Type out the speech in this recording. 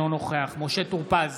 אינו נוכח משה טור פז,